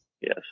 yes